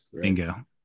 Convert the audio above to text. bingo